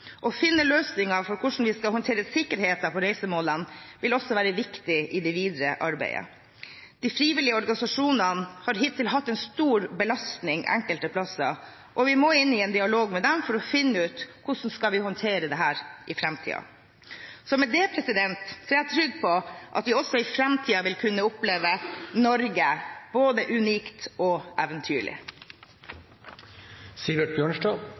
Å finne løsninger for hvordan vi skal håndtere sikkerheten på reisemålene, vil også være viktig i det videre arbeidet. De frivillige organisasjonene har hittil hatt en stor belastning enkelte steder, og vi må inn i en dialog med dem for å finne ut hvordan vi skal håndtere dette i framtiden. Med det er jeg trygg på at vi også i framtiden vil kunne oppleve Norge – både unikt og